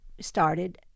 Started